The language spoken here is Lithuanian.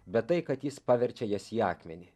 bet tai kad jis paverčia jas į akmenį